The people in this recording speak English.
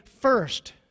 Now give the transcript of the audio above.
first